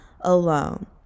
alone